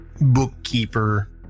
bookkeeper